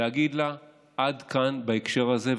להגיד לה: עד כאן בהקשר הזה,